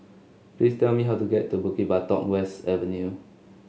please tell me how to get to Bukit Batok West Avenue